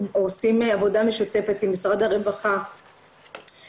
הנושא של מיזעור נזקים עלה פה הרבה מאוד בשיח של בני